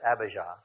Abijah